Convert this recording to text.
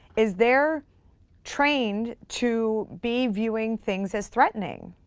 is they're trained to be viewing things as threatening.